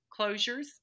closures